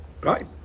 Right